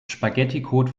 spaghetticode